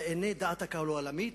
בעיני דעת הקהל העולמית,